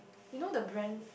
you know the brand